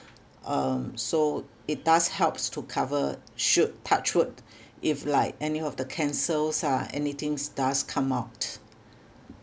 um so it does helps to cover should touch wood if like any of the cancers uh any things does come out